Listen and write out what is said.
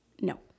No